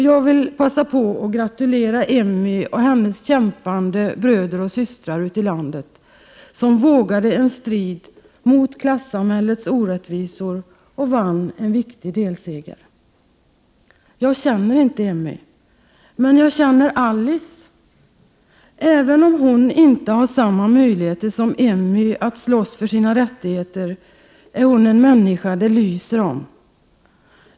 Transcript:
Jag vill passa på att gratulera Emmy och hennes kämpande bröder och systrar ute i landet, som vågade en strid mot klassamhällets orättvisor och vann en viktig delseger. Jag känner inte Emmy. Men jag känner Alice. Även om hon inte har samma möjligheter som Emmy att slåss för sina rättigheter är hon en människa det lyser om.